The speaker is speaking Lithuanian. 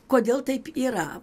kodėl taip yra